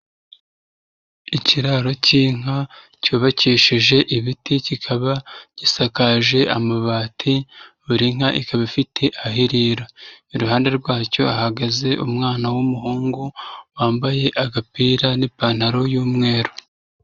Ikiraro k'inka cyubakishije ibiti, kikaba gisakaje amabati buri nka ikaba ifite aho irira iruhande rwacyo ahagaze umwana w'umuhungu wambaye agapira n'ipantaro y'umweru.